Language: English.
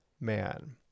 man